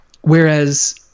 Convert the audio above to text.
whereas